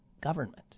government